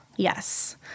Yes